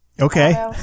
Okay